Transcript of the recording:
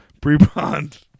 Pre-bond